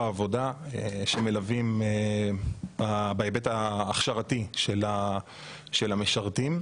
העבודה שמלווים בהיבט ההכשרתי של המשרתים.